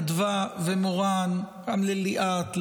אדווה ומורן וגם לליאת,